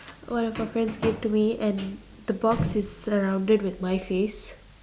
one of our friends gave to me and the box is surrounded with my face